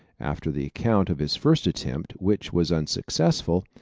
after the account of his first attempt, which was unsuccessful,